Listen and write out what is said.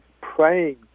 praying